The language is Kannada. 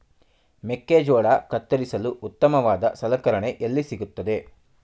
ಮೆಕ್ಕೆಜೋಳ ಕತ್ತರಿಸಲು ಉತ್ತಮವಾದ ಸಲಕರಣೆ ಎಲ್ಲಿ ಸಿಗುತ್ತದೆ?